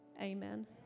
amen